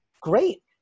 great